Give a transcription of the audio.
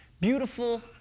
Beautiful